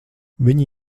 viņi